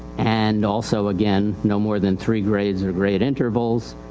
and also again no more than three grades or grade intervals,